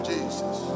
Jesus